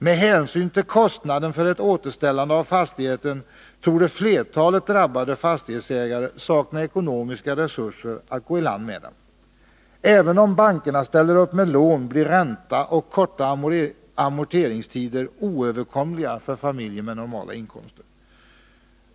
Med hänsyn till kostnaden för ett återställande av fastigheten torde flertalet drabbade fastighetsägare sakna ekonomiska resurser att klara detta. Även om bankerna ställer upp med lån blir ränta och korta amorteringstider oöverkomliga för familjer med normala inkomster.